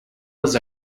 was